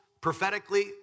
prophetically